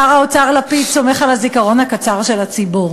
שר האוצר לפיד סומך על הזיכרון הקצר של הציבור.